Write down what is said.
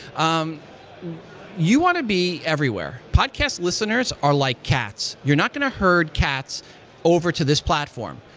um you want to be everywhere. podcast listeners are like cats. you're not going to herd cats over to this platform.